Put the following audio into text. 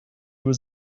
was